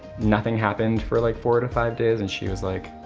nothing happened for like four to five days. and she was like,